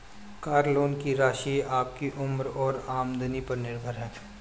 car loan की राशि आपकी उम्र और आमदनी पर निर्भर है